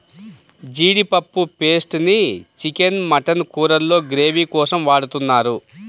జీడిపప్పు పేస్ట్ ని chicken, mutton కూరల్లో గ్రేవీ కోసం వాడుతున్నారు